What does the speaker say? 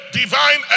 divine